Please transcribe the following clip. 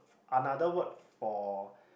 another word for